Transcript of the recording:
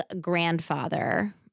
grandfather—